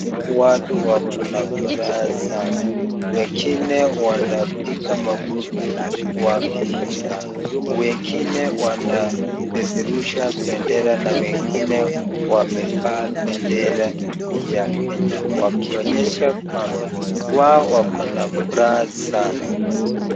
Watu wako na furaha sana. Wengine wanapiga makofi wakiimba. Wengine wanapeperusha bendera na wengine wamevaa bendera ya Kenya wakionyesha kwamba wao wako na furaha sana.